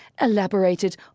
elaborated